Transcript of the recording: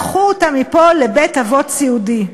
קחו אותה מפה לבית-אבות סיעודי.